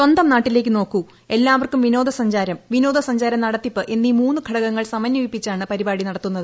സ്വന്തം നാട്ടിലേക്ക് നോക്കൂ എല്ലാവർക്കും വിനോദസഞ്ചാരം വിനോദസഞ്ചാര നടത്തിപ്പ് എന്നീ മൂന്നു ഘടകങ്ങൾ സമന്വയിപ്പിച്ചാണ് പരിപാടി നടത്തുന്നത്